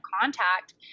contact